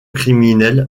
criminelle